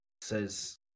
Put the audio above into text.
says –